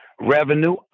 Revenue